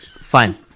Fine